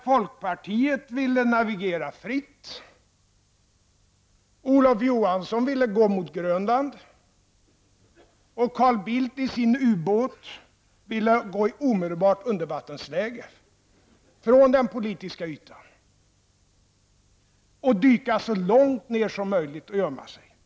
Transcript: Folkpartiet ville navigera fritt, Olof Johansson ville gå mot Grönland, och Carl Bildt i sin ubåt ville omedelbart gå i undervattensläge från den politiska ytan, dyka så långt ner som möjligt och gömma sig.